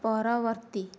ପରବର୍ତ୍ତୀ